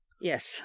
Yes